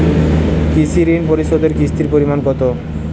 কৃষি ঋণ পরিশোধের কিস্তির পরিমাণ কতো?